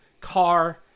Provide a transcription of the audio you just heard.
car